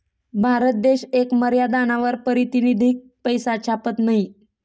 भारत देश येक मर्यादानावर पारतिनिधिक पैसा छापत नयी